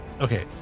Okay